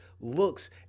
looks